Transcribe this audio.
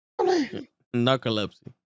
Narcolepsy